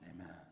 Amen